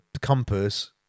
compass